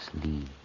Sleep